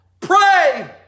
Pray